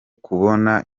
kubona